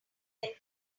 entire